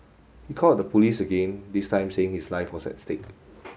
he called the police again this time saying his life was at stake